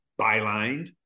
bylined